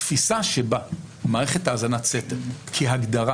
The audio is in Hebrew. התפיסה שבה מערכת האזנת סתר כהגדרה